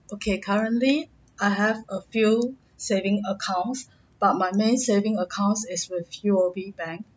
okay currently I have a few saving accounts but my main serving accounts is with U_O_B bank